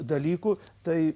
dalykų tai